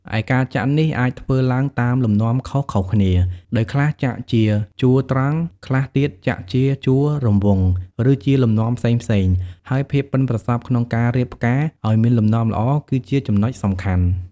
ឯការចាក់នេះអាចធ្វើឡើងតាមលំនាំខុសៗគ្នា ដោយខ្លះចាក់ជាជួរត្រង់ ខ្លះទៀតចាក់ជាជួររង្វង់ ឬជាលំនាំផ្សេងៗ ហើយភាពប៉ិនប្រសប់ក្នុងការរៀបផ្កាឲ្យមានលំនាំល្អ គឺជាចំណុចសំខាន់។